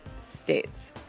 States